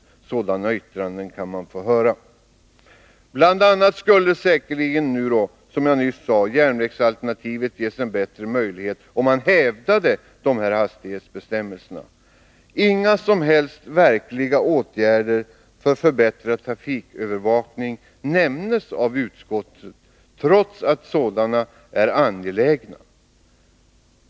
Sådana yttranden kan man faktiskt få höra. Bl. a. skulle säkerligen, som jag nyss sade, järnvägsalternativet ges en bättre möjlighet, om man hävdade dessa hastighetsbestämmelser. Inga som helst verkliga åtgärder för förbättrad trafikövervakning nämns av utskottet, trots att sådana är angelägna.